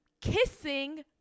kissing